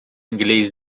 inglês